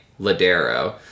Ladero